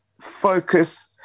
focus